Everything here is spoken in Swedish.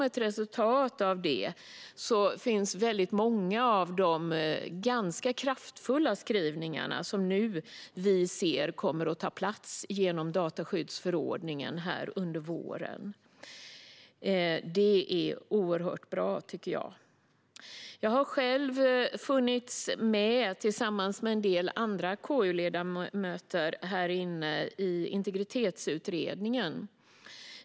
Ett resultat av detta är många av de ganska kraftfulla skrivningar som nu kommer in i dataskyddsförordningen under våren. Detta är bra, tycker jag. Jag har själv tillsammans med en del andra KU-ledamöter varit med i Integritetsutredningen.